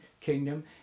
kingdom